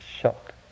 shocked